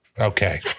Okay